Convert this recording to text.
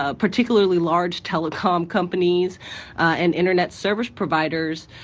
ah particularly large telecom companies and internet service providers,